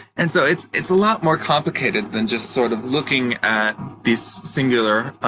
and so it's it's a lot more complicated than just sort of looking at these singular